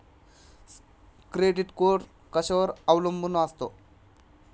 Credit score कशावर अवलंबून असतो?